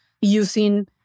using